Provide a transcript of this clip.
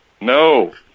No